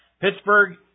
Pittsburgh